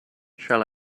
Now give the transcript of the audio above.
shall